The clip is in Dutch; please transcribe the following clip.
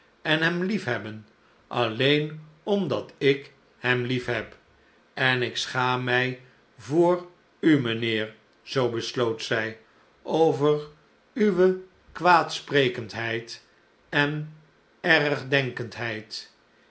en hem lief hebben alleen omdat ik hem liefheb en ik schaam my voor sleohte tijden u mijnheer zoo besloot zij over uwe kwaadsprekendheid en ergdenkendheid